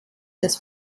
das